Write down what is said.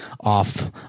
off